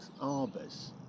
arbors